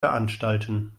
veranstalten